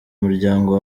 umuryango